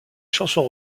chanson